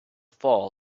fall